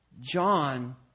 John